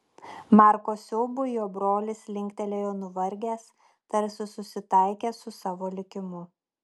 marko siaubui jo brolis linktelėjo nuvargęs tarsi susitaikęs su savo likimu